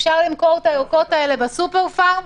אפשר למכור את הערכות האלה בסופר-פארם.